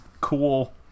cool